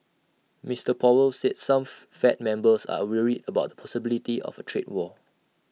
Mister powell said some fed members are worried about possibility of A trade war